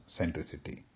centricity